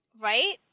Right